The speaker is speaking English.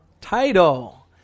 Title